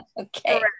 Okay